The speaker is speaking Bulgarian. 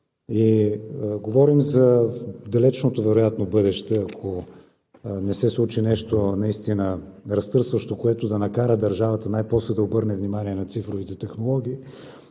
Говорим за далечното вероятно бъдеще, ако не се случи нещо наистина разтърсващо, което да накара държавата най-после да обърне внимание на цифровите технологии.